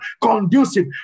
conducive